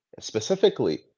Specifically